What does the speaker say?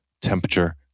temperature